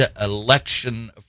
election